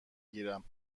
گیرم